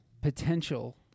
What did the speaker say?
potential